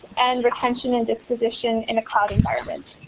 and retention and disposition in a cloud environment.